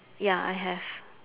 ya I have